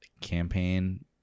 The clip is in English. campaign